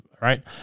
right